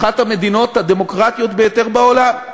אחת המדינות הדמוקרטיות ביותר בעולם.